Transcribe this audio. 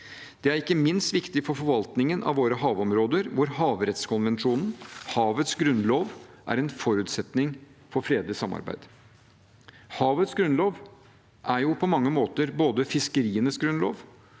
Det er ikke minst viktig for forvaltningen av våre havområder, hvor havrettskonvensjonen – havets grunnlov – er en forutsetning for fredelig samarbeid. Havets grunnlov er på mange måter både fiskerienes grunnlov,